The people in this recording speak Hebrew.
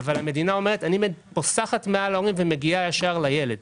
אבל המדינה אומרת: "אני פוסחת מעל ההורה ומגיעה ישר לילד".